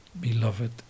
beloved